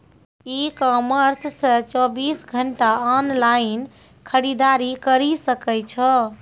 ई commerce से चौबीस घंटा ऑनलाइन खरीदारी करी सकै छो